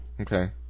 okay